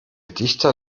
dichter